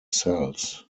cells